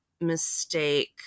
mistake